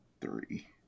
three